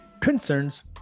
concerns